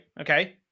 Okay